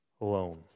alone